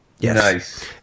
Yes